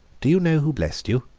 do you know who blessed you?